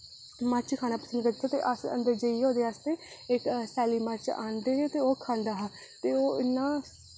मर्च खाना पसंद करदा ते अस अंदर जाइयै ओह्दे आस्तै सैल्ली मर्च आह्नदे हे ते ओह् खंदा हा ते ओह् इन्ना